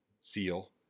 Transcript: seal